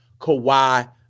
Kawhi